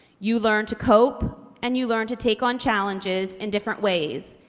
you learn to cope and you learn to take on challenges in different ways.